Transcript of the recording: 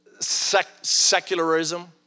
secularism